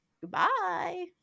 Goodbye